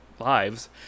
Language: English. lives